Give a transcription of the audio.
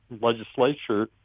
legislature